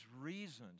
reasons